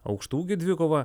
aukštaūgių dvikova